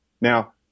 Now